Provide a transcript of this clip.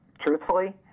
truthfully